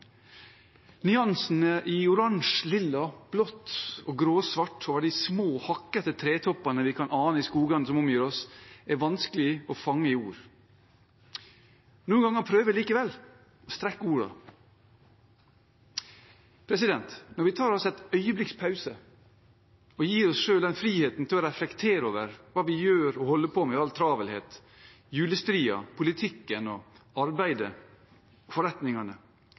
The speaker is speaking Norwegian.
Nyansene i oransje, lilla, blått og gråsvart over de små, hakkete tretoppene vi kan ane i skogene som omgir oss, er vanskelig å fange i ord. Noen ganger prøver jeg likevel å strekke ordene. Når vi tar oss et øyeblikks pause og gir oss selv friheten til å reflektere over hva vi gjør og holder på med i all travelhet – julestria, politikken, arbeidet og forretningene